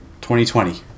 2020